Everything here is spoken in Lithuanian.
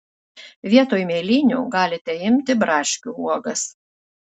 vietoj mėlynių galite imti braškių uogas